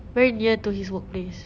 very near to his workplace